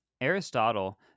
Aristotle